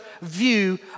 view